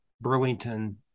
Burlington